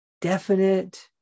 definite